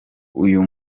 uyu